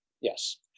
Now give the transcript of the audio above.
Yes